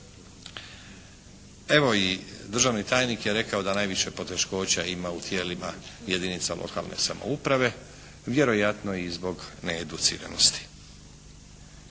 Evo, i državni tajnik je rekao da najviše poteškoća ima u tijelima jedinica lokalne samouprave. Vjerojatno i zbog needuciranosti.